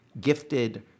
gifted